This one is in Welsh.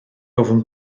ofn